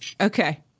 Okay